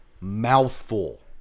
mouthful